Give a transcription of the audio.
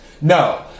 No